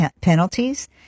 penalties